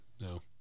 No